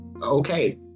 Okay